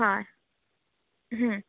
हय हं